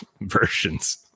Versions